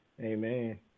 Amen